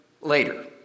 later